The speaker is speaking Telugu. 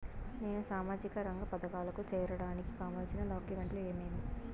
నేను సామాజిక రంగ పథకాలకు సేరడానికి కావాల్సిన డాక్యుమెంట్లు ఏమేమీ?